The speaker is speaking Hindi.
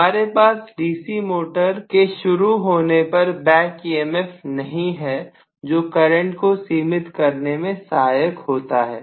हमारे पास डीसी मोटर किस शुरू होने पर बैक ईएमएफ नहीं है जो करंट को सीमित करने में सहायक होता है